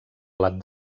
blat